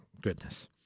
Goodness